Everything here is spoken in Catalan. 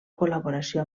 col·laboració